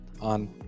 on